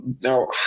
now